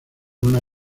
una